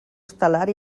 estel·lar